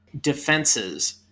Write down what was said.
defenses